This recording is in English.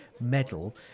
medal